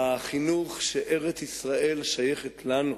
בחינוך שארץ-ישראל שייכת לנו.